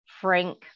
frank